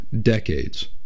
decades